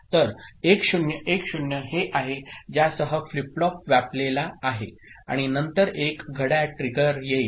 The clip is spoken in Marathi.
तर 1 0 1 0 हे आहे ज्यासह फ्लिप फ्लॉप व्यापलेला आहे आणि नंतर एक घड्याळ ट्रिगर येईल